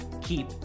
keep